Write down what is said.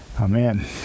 Amen